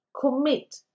commit